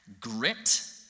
Grit